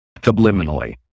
subliminally